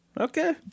okay